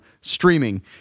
streaming